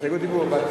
הסתייגות דיבור.